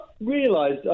realised